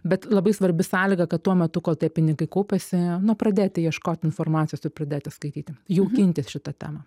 bet labai svarbi sąlyga kad tuo metu kol tie pinigai kaupiasi nu pradėti ieškot informacijos ir pridėti skaityti jaukintis šitą temą